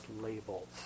labels